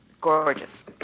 gorgeous